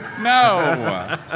No